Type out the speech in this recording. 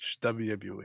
wwe